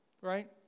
right